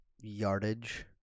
yardage